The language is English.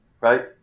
right